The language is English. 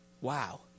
Wow